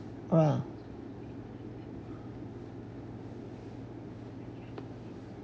!wow!